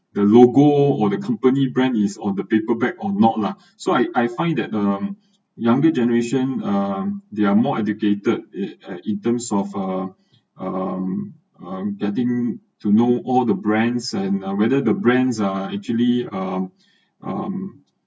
the logo or the company brand is on the paper bag or not lah so I I find that uh younger generation uh they are more educated and in terms of uh um um getting to know all the brands and whether the brands are actually uh um